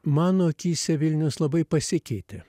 mano akyse vilnius labai pasikeitė